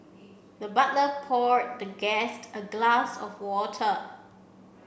the butler pour the guest a glass of water